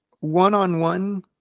one-on-one